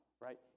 right